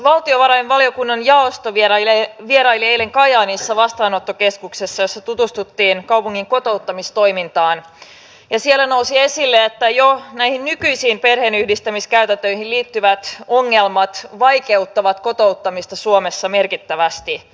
valtiovarainvaliokunnan jaosto vieraili eilen kajaanissa vastaanottokeskuksessa jossa tutustuttiin kaupungin kotouttamistoimintaan ja siellä nousi esille että jo näihin nykyisiin perheenyhdistämiskäytäntöihin liittyvät ongelmat vaikeuttavat kotouttamista suomessa merkittävästi